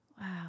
Wow